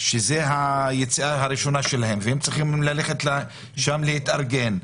שזו היציאה הראשונה שלהם והם צריכים ללכת לשם להתארגן,